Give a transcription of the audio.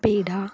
peda